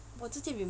我直接